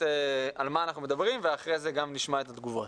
על מה אנחנו מדברים ואחרי זה נשמע תגובות.